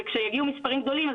וכשהגיעו מספרים הגדולים,